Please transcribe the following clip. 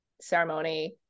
ceremony